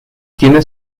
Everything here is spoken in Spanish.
tiene